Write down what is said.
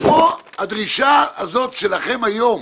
פה, הדרישה הזאת שלכם היום,